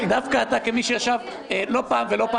דווקא אתה כמי שישב לא פעם ולא פעמיים בראשות